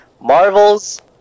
Marvel's